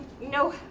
no